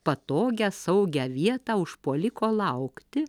patogią saugią vietą užpuoliko laukti